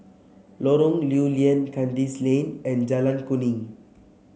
Lorong Lew Lian Kandis Lane and Jalan Kuning